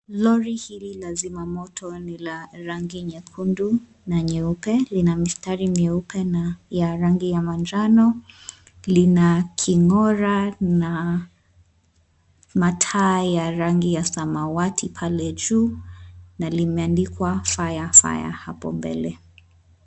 Lori hili la zima moto ni la rangi nyekundu na nyeupe. Lina mistari mieupe na ya rangi ya manjano. Lina king'ora na mataa ya rangi ya samawati pale juu na limeandikwa fire fire hapo mbele.